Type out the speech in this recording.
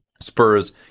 Spurs